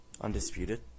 undisputed